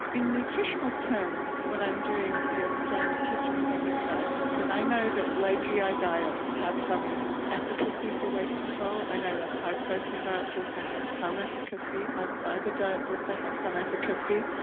in nutritional terms what i'm doing is throwing the kitchen sink at dieting, because i know that low gi diets have some efficacy for weight control, i know that high protein diets also have some efficacy, high fibre diets also have some efficacy.